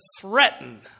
threaten